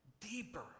deeper